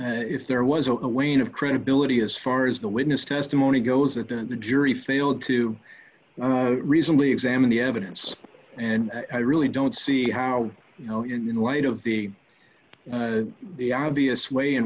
if there was a wayne of credibility as far as the witness testimony goes that then the jury failed to reasonably examine the evidence and i really don't see how you know light of the the obvious way in